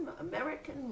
American